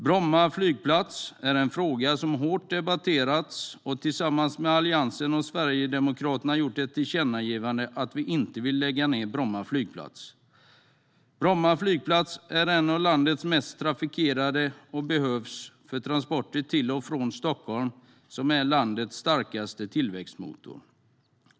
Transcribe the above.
Bromma flygplats är en fråga som hårt debatterats, och tillsammans med Alliansen har Sverigedemokraterna gjort ett tillkännagivande om att vi inte vill lägga ned Bromma flygplats. Bromma flygplats är en av landets mest trafikerade och behövs för transporter till och från Stockholm, som är landets starkaste tillväxtmotor.